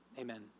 amen